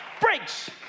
breaks